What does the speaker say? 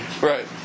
Right